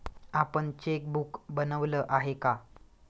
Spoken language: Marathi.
आपण चेकबुक बनवलं आहे का?